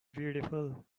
beautiful